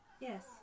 yes